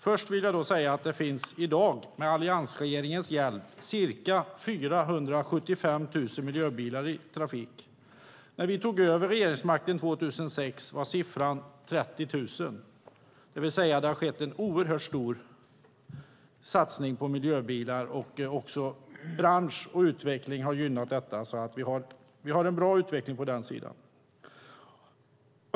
Först vill jag säga att det i dag med alliansregeringens hjälp finns ca 475 000 miljöbilar i trafik. När vi tog över regeringsmakten 2006 var siffran 30 000. Det har alltså skett en oerhört stor satsning på miljöbilar. Även branschen har gynnat detta så att vi har en bra utveckling på den sidan.